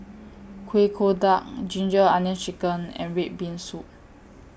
Kueh Kodok Ginger Onions Chicken and Red Bean Soup